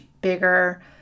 bigger